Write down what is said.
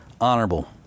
honorable